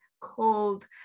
called